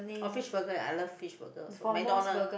oh fish burger I love fish burger also McDonald